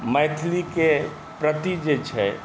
मैथिलीके प्रति जे छै